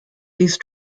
these